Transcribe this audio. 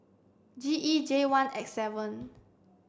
G E J one X seven